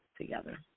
together